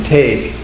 take